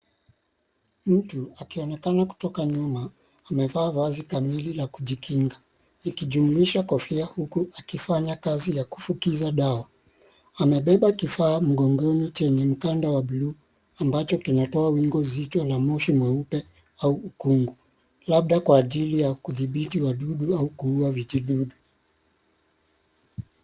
Mtu akionekana kutoka nyuma amevaa vazi kamili la kujikinga likijumuisha kofia huku akifanya kazi ya kufukiza dawa. Amebaba kifaa mgongoni chenye mkanda wa (cs)blue(cs) ambacho kinatoa wingu zito la moshi mweupe au ukungu labda kwa ajili ya kudhibiti wadudu au kuua vijidudu.